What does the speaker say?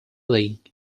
league